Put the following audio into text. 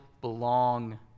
belong